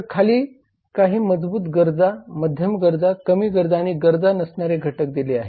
तर खाली काही मजबूत गरजा मध्यम गरजा कमी गरजा किंवा गरज नसणारे काही घटक आहेत